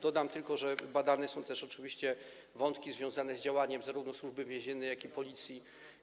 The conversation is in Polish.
Dodam tylko, że badane są też oczywiście wątki związane z działaniem zarówno Służby Więziennej, jak i Policji.